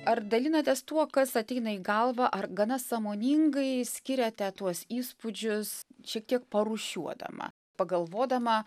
ar dalinatės tuo kas ateina į galvą ar gana sąmoningai skiriate tuos įspūdžius šiek tiek parūšiuodama pagalvodama